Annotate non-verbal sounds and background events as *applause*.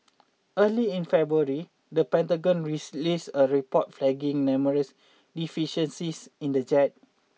early in February the Pentagon *unintelligible* a report flagging numerous deficiencies in the jet